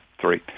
three